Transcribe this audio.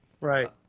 Right